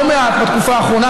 לא מעט בתקופה האחרונה,